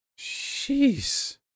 Jeez